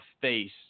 face